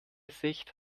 sicht